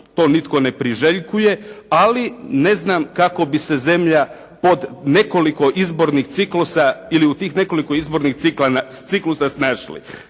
to nitko ne priželjkuje, ali ne znam kako bi se zemlja pod nekoliko izbornih ciklusa, ili u tih nekoliko izbornih ciklusa snašli.